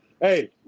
Hey